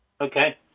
Okay